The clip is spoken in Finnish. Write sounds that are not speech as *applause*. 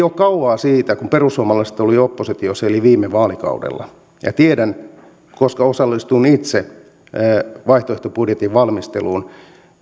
*unintelligible* ole kauaa siitä kun perussuomalaiset olivat oppositiossa eli viime vaalikaudella tiedän koska osallistuin itse vaihtoehtobudjetin valmisteluun